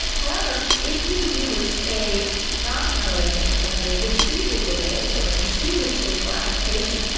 however, if you use a non-monolithic, like a distributed database or a distributed stateful application,